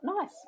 nice